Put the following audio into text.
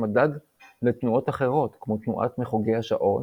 מדד לתנועות אחרות כמו תנועת מחוגי השעון,